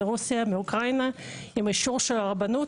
מרוסיה ואוקראינה עם אישור של הרבנות